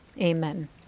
Amen